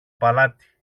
παλάτι